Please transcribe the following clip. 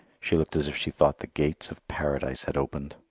she looked as if she thought the gates of paradise had opened.